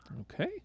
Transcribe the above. okay